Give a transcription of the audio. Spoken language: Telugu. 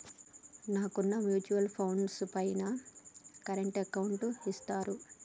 నాకున్న మ్యూచువల్ ఫండ్స్ పైన కరెంట్ అకౌంట్ ఇచ్చారు